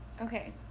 Okay